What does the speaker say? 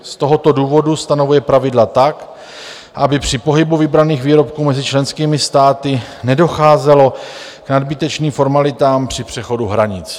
Z tohoto důvodu stanovuje pravidla tak, aby při pohybu vybraných výrobků mezi členskými státy nedocházelo k nadbytečným formalitám při přechodu hranic.